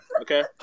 Okay